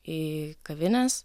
į kavines